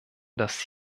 dass